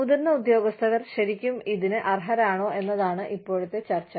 മുതിർന്ന ഉദ്യോഗസ്ഥർ ശരിക്കും ഇതിന് അർഹരാണോ എന്നതാണ് ഇപ്പോഴത്തെ ചർച്ച